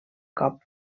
cop